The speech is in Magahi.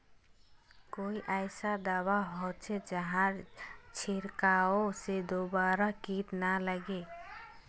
कोई ऐसा दवा होचे जहार छीरकाओ से दोबारा किट ना लगे?